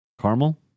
caramel